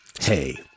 hey